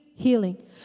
healing